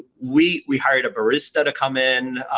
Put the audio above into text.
we we hired a barista to come in,